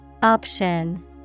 Option